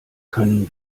können